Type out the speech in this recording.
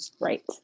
right